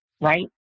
right